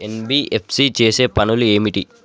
NBFC చేసే పనులు ఏమిటి?